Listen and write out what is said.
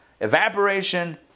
evaporation